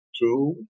two